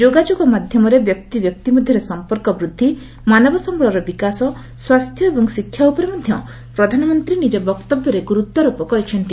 ଯୋଗାଯୋଗ ମାଧ୍ୟମରେ ବ୍ୟକ୍ତି ବ୍ୟକ୍ତି ମଧ୍ୟରେ ସମ୍ପର୍କ ବୃଦ୍ଧି ମାନବ ସମ୍ଭଳର ବିକାଶ ସ୍ୱାସ୍ଥ୍ୟ ଏବଂ ଶିକ୍ଷା ଉପରେ ମଧ୍ୟ ପ୍ରଧାନମନ୍ତ୍ରୀ ନିଜ ବକ୍ତବ୍ୟରେ ଗୁରୁତ୍ୱାରୋପ କରିଛନ୍ତି